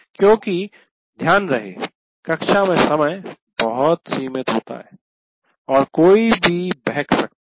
क्योंकि ध्यान रहे कक्षा में समय बहुत सीमित होता है और कोई भी बहक सकता है